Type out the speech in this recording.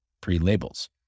pre-labels